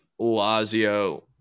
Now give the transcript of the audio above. Lazio